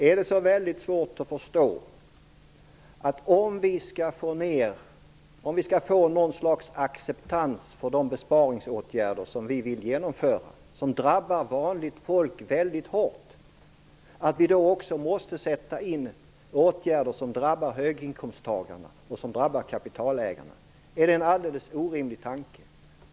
Är det så väldigt svårt att förstå att om vi skall få något slags acceptans för de besparingsåtgärder som vi vill genomföra, som drabbar vanligt folk väldigt hårt, att vi då också måste sätta in åtgärder som drabbar höginkomsttagarna och kapitalägarna? Är det en alldeles orimlig tanke?